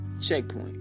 Checkpoint